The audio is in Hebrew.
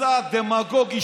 מסע דמגוגי